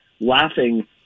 laughing